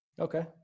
Okay